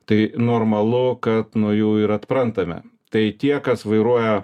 tai normalu kad nuo jų ir atprantame tai tie kas vairuoja